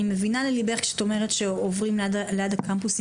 אני מבינה לליבך כשאת אומרת שעוברים ליד הקמפוסים